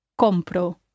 COMPRO